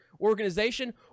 organization